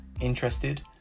Interested